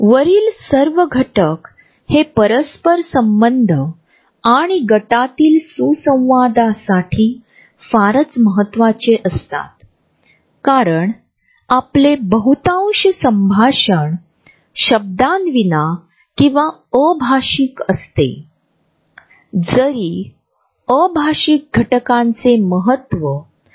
वैयक्तिक जागेसंबंधित परस्परसंवाद अष्टमितीय असतातआवाजातील चढ उतारशरीराची उष्णताडोळ्यांचा संपर्क वास स्पर्श लिंग शरीराची स्थिती आणि जागा सकारात्मक संवादास प्रोत्साहितआपल्याला माहित आहे की माझा एक मित्र आहे जो महानगरातील कलासंग्रहालयात काम करतो